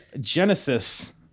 genesis